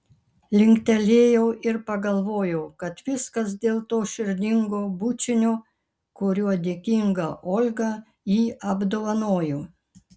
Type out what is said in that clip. linktelėjau ir pagalvojau kad viskas dėl to širdingo bučinio kuriuo dėkinga olga jį apdovanojo